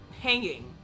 hanging